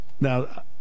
Now